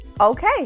Okay